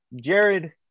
Jared